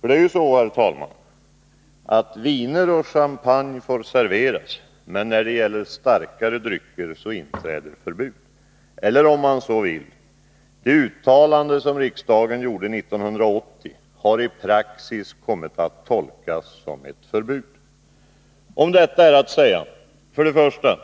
Det är ju så, herr talman, att viner och champagne får serveras, men när det gäller starkare drycker inträder förbud. Eller om man så vill: Det uttalande som riksdagen gjorde 1980 har i praxis kommit att tolkas som förbud. Om detta är att säga: För det första är